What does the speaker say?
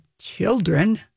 children